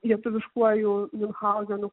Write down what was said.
lietuviškuoju miunhauzenu